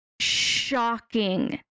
shocking